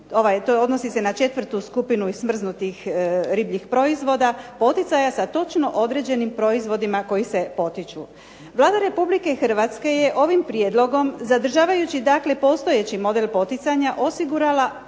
odnosi se na 4. skupinu smrznutih ribljih proizvoda poticaja sa točno određenim proizvodima koji ste potiču. Vlada Republike Hrvatske je ovim prijedlogom zadržavajući postojeći model poticaja osigurala